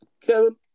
Kevin